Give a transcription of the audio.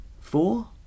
Four